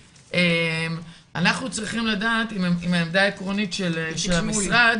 אנחנו צריכים לדעת אם העמדה העקרונית של המשרד